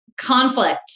conflict